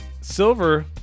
silver